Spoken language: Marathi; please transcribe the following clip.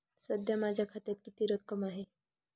सध्या माझ्या खात्यात किती रक्कम आहे?